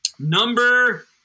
Number